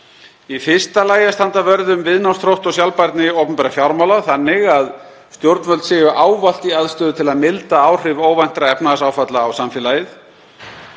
Í fyrsta lagi að standa vörð um viðnámsþrótt og sjálfbærni opinberra fjármála þannig að stjórnvöld séu ávallt í aðstöðu til að milda áhrif óvæntra efnahagsáfalla á samfélagið.